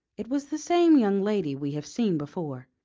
it was the same young lady we have seen before.